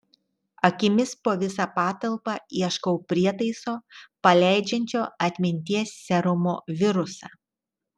akimis po visą patalpą ieškau prietaiso paleidžiančio atminties serumo virusą